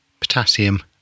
potassium